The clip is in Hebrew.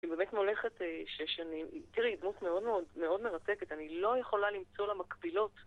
היא באמת מולכת שש שנים... תראי, היא דמות מאוד מאוד מרתקת, אני לא יכולה למצוא לה מקבילות.